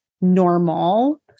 normal